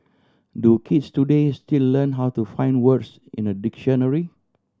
do kids today still learn how to find words in a dictionary